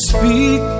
Speak